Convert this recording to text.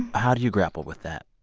how do you grapple with that?